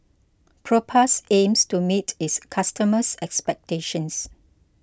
Propass aims to meet its customers' expectations